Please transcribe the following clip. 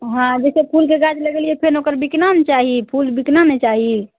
हँ जैसे फूलके गाछ लगेलियै फेन ओकर बिकना ने चाही फूल बिकना ने चाही